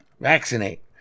Vaccinate